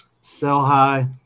sell-high